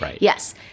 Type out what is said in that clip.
Yes